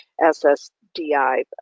SSDI